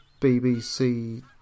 bbc